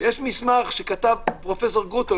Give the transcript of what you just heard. יש מסמך שכתב פרופ' גרוטו,